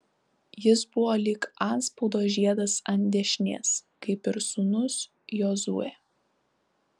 jis buvo lyg antspaudo žiedas ant dešinės kaip ir sūnus jozuė